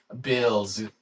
bills